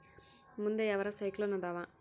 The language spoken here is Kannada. ಮುಂದೆ ಯಾವರ ಸೈಕ್ಲೋನ್ ಅದಾವ?